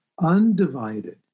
undivided